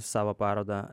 savo parodą